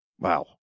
Wow